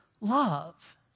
love